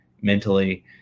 mentally